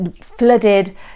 flooded